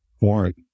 warrant